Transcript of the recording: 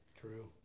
True